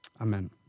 Amen